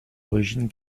origine